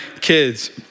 kids